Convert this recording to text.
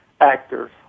actors